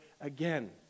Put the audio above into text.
again